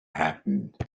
happened